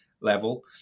level